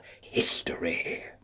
history